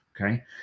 okay